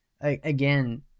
again